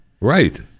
Right